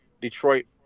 Detroit